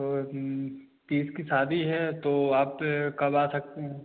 और तीस की शादी है तो आप कब आ सकते हैं